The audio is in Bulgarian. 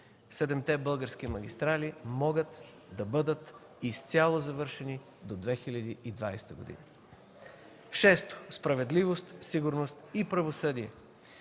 Седемте български магистрали могат да бъдат изцяло завършени до 2020 г. Шесто, справедливост, сигурност и правосъдие.